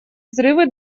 взрывы